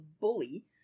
bully